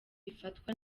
ifatwa